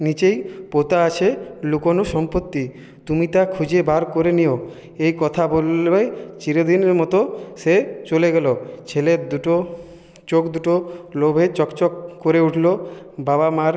নিচেই পোঁতা আছে লুকোনো সম্পত্তি তুমি তা খুঁজে বার করে নিও এই কথা বলবে চিরদিনের মতো সে চলে গেলো ছেলের দুটো চোখ দুটো লোভে চকচক করে উঠলো বাবা মার